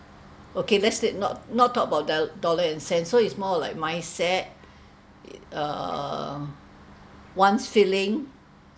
okay that's it not not talk about the dollar and cents so it's more like mindset err one's feeling uh